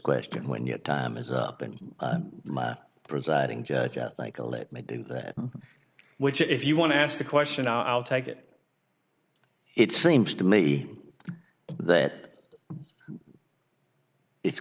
question when your time is up and the presiding judge like to let me do that which if you want to ask the question i'll take it it seems to me that it's